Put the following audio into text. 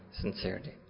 sincerity